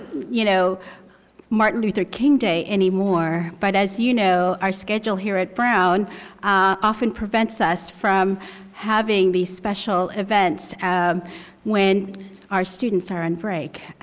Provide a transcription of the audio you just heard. you know martin luther king day anymore. but as you know, our schedule here at brown often prevents us from having these special events when our students are on break.